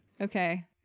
okay